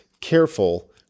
careful